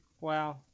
Wow